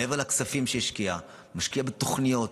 מעבר לכספים שהשקיע, משקיע בתוכניות,